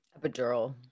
epidural